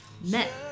met